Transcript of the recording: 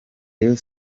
rayon